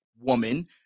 woman